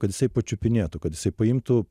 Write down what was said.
kad jisai pačiupinėtų kad jisai paimtų